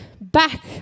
back